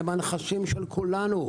הם הנכסים של כולנו.